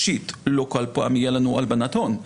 לא כל פעם תהיה לנו הלבנת הון,